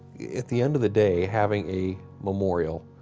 at the end of the day, having a memorial